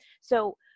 So-